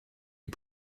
est